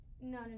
no